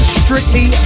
strictly